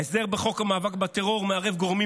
ההסדר בחוק המאבק בטרור מערב גורמים